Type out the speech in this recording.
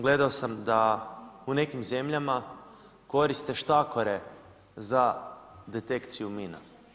Gledao sam da u nekim zemljama koriste štakore za detekciju vina.